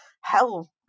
Hell